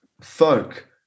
folk